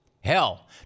Hell